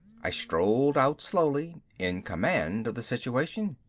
i strolled out slowly, in command of the situation.